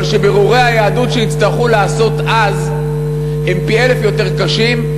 אבל בירורי היהדות שיצטרכו לעשות אז הם פי אלף יותר קשים,